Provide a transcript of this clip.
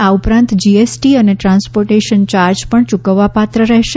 આ ઉપરાંત જીએસટી અને ટ્રાન્સપોર્ટેશન યાર્જ પણ યૂકવવાપાત્ર રહેશે